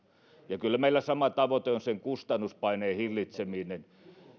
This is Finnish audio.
ja kyllä meillä sama tavoite on sen kustannuspaineen hillitseminen